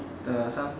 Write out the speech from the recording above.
the some